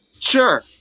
Sure